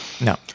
No